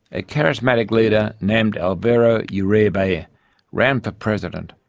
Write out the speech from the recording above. a charismatic leader named alvaro uribe ran for president,